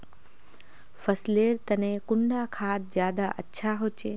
फसल लेर तने कुंडा खाद ज्यादा अच्छा होचे?